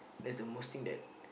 that's the most thing that